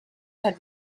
had